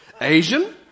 Asian